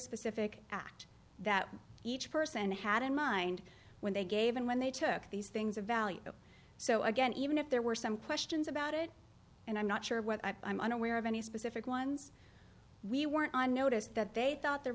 specific act that each person had in mind when they gave in when they took these things of value so again even if there were some questions about it and i'm not sure what i'm unaware of any specific ones we weren't on notice that they thought the